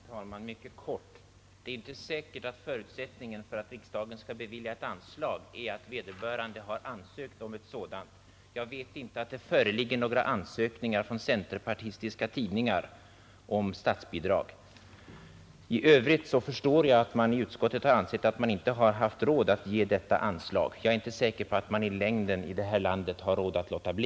Fru talman! Jag skall fatta mig kort. Det är inte säkert att förutsättningen för att riksdagen skall bevilja ett anslag är att vederbörande har ansökt om ett sådant. Jag vet inte att det föreligger några ansökningar från vare sig centerpartistiska eller andra tidningar om statsbidrag! I övrigt förstår jag att man i utskottet har ansett att man inte har haft råd att ge detta anslag till Nordiska ekumeniska institutet. Jag är dock inte säker på att man i längden i detta land har råd att låta bli.